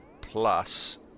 plus